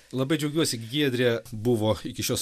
labai džiaugiuosi giedrė buvo iki šios